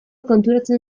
konturatzen